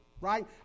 Right